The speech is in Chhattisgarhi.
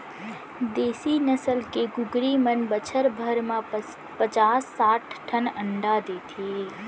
देसी नसल के कुकरी मन बछर भर म पचास साठ ठन अंडा देथे